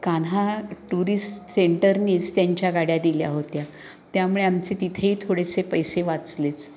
Kanha tourist सेंटरनेच त्यांच्या गाड्या दिल्या होत्या त्यामुळे आमचे तिथेही थोडेसे पैसे वाचलेच